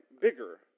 Bigger